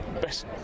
Best